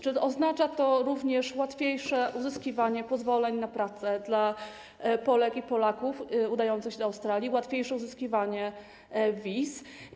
Czy oznacza to również łatwiejsze uzyskiwanie pozwoleń na pracę dla Polek i Polaków udających się do Australii, łatwiejsze uzyskiwanie wiz?